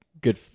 Good